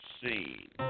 Seen